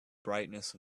brightness